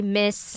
miss